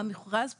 המכרז פורסם.